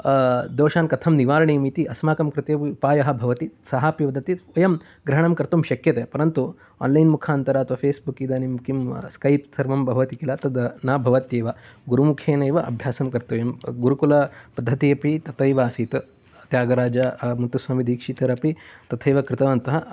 दोषान् कथं निवारणीयम् इति अस्माकं कृते उपायः भवति सः अपि वदति वयं ग्रहणं कर्तुं शक्यते परन्तु आन्लैन् मुखान्तारात् अपि फेसबुक् इदानीं किम् स्कैप् सर्वं भवति किल तत् न भवत्येव गुरुमुखेन एव अभ्यासं कर्तव्यं गुरुकुलपद्धतिः अपि तथैव आसीत् त्यागराज मुत्तुस्वामी दीक्षितरपि तथैव कृतवन्तः